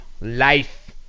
Life